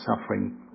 suffering